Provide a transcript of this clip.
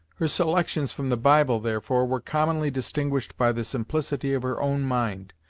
her selections from the bible, therefore, were commonly distinguished by the simplicity of her own mind,